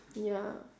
ya